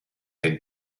den